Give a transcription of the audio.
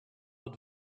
out